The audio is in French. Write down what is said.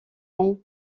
han